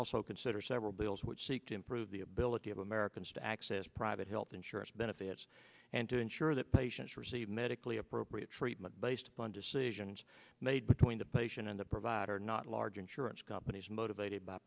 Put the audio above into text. also consider several bills would seek to improve the ability of americans to access private health insurance benefits and to ensure that patients receive medically appropriate treatment based on decisions made between the patient and the provider not large insurance companies motivated by